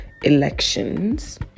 elections